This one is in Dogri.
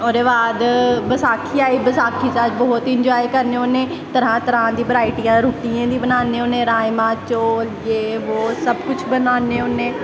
ओह्दे बाद बसाखी आई बसाखी पर अस बहुत इंजाए करने होन्ने तरां तरां दी बराईटियां रुट्टियें दी बनान्ने होन्ने राजमा चौल जे बो सब कुछ बनान्ने होन्ने